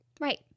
Right